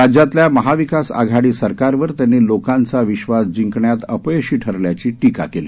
राज्यातल्या महाविकास आघाडी सरकारवर त्यांनी लोकांचा विश्वास जिंकण्यात अपयशी ठरल्याची टिका केली